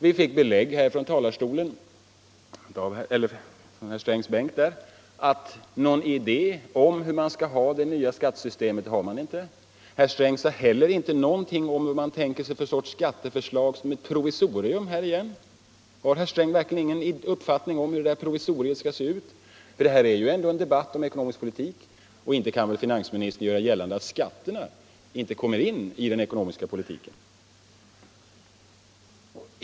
Vi fick belägg för i herr Strängs anförande att någon idé om hur det nya skattesystemet skall utformas har man inte. Herr Sträng sade heller inte någonting om hur man tänker sig ett nytt provisorium. Har herr Sträng verkligen ingen uppfattning om hur provisoriet skall se ut? Det här är ju ändå en debatt om ekonomisk politik, och inte kan väl finansministern göra gällande att skatterna inte kommer in i den ekonomiska politiken?